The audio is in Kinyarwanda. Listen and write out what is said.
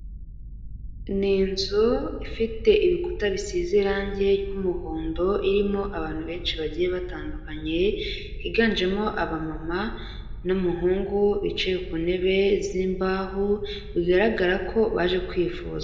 Ni inzu ifite ibikuta bisize irangi ry'umuhondo, irimo abantu benshi bagiye batandukanye higanjemo abamama n'umuhungu bicaye ku ntebe z'imbaho bigaragara ko baje kwivuza.